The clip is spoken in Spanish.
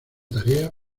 tarea